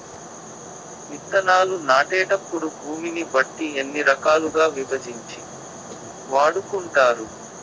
విత్తనాలు నాటేటప్పుడు భూమిని బట్టి ఎన్ని రకాలుగా విభజించి వాడుకుంటారు?